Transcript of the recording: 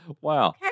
Wow